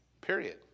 period